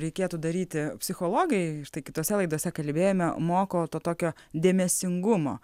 reikėtų daryti psichologai štai kitose laidose kalbėjome moko to tokio dėmesingumo